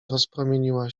rozpromieniła